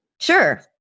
Sure